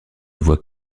vois